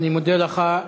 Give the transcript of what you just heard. אני מודה לך.